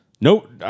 Nope